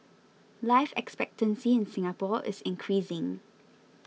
life expectancy in Singapore is increasing